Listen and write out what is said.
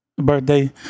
Birthday